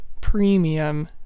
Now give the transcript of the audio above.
premium